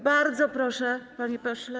Bardzo proszę, panie pośle.